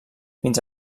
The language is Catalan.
fins